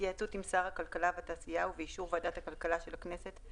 בהתייעצות עם שר הכלכלה והתעשייה ובאישור ועדת הכלכלה של הכנסת,